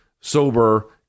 sober